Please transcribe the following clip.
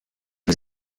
was